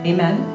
Amen